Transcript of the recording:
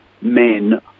men